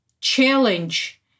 challenge